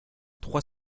trois